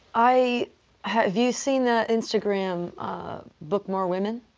i have you seen the instagram book more women.